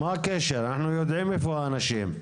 מה הקשר אנחנו יודעים איפה האנשים.